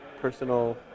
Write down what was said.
personal